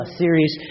series